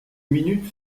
minutes